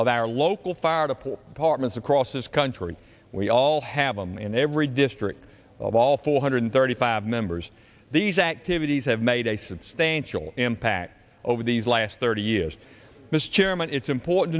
of our local fire to pull apartments across this country we all have them in every district of all four hundred thirty five members these activities have made a substantial impact over these last thirty years mr chairman it's important